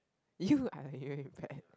you are really very bad